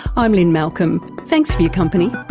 i'm lynne malcolm, thanks for your company.